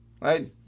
right